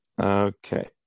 Okay